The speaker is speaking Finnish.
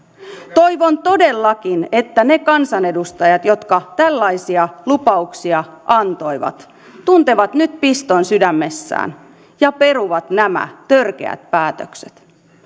toivon todellakin että ne kansanedustajat jotka tällaisia lupauksia antoivat tuntevat nyt piston sydämessään ja peruvat nämä törkeät päätökset